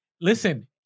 listen